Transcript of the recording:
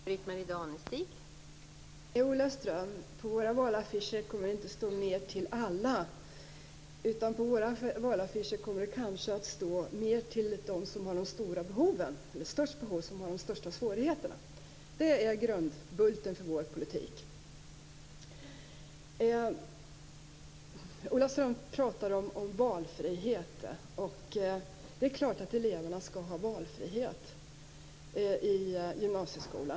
Fru talman! Nej, Ola Ström, på våra valaffischer kommer det inte att stå: Mer till alla! På våra valaffischer kommer det kanske att stå: Mer till dem som har de största behoven och de största svårigheterna! Det är grundbulten för vår politik. Ola Ström pratar om valfrihet. Det är klart att eleverna skall ha valfrihet i gymnasieskolan.